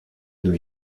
new